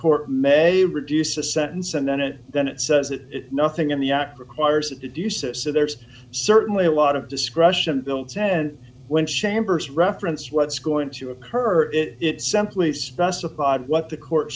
court may reduce a sentence and then it then it says that nothing in the act requires to do so so there's certainly a lot of discretion built and when chambers reference what's going to occur it simply specified what the court